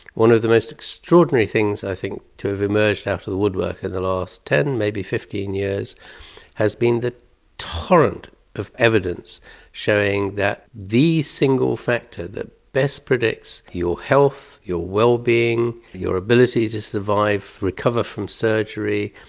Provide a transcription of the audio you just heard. one of the most extraordinary things i think to have emerged out of the woodwork in the last ten, maybe fifteen years has been the torrent of evidence showing that the single factor that best predicts your health, your well-being, your ability to survive, recover from surgery,